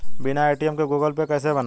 बिना ए.टी.एम के Google Pay कैसे बनायें?